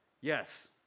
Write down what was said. yes